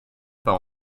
pas